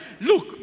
Look